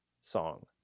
song